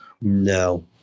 No